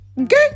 Okay